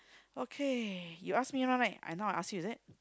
okay you ask me now right now I ask you is it